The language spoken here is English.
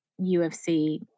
ufc